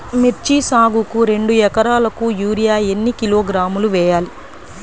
మిర్చి సాగుకు రెండు ఏకరాలకు యూరియా ఏన్ని కిలోగ్రాములు వేయాలి?